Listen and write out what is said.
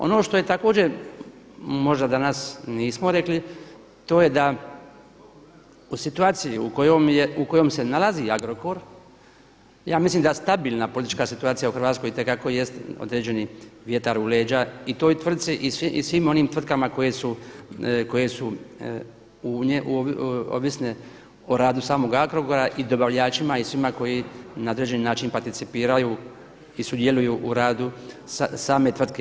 Ono što je također možda danas nismo rekli, to je da u situaciji u kojoj se nalazi Agrokor ja mislim da stabilna politička situacija u Hrvatskoj itekako jest određeni vjetar u leđa i toj tvrci i svim onim tvrtkama koje su ovisne o radu samog Agrokora i dobavljačima i svima koji na određeni način participiraju i sudjeluju u radu same tvrtke.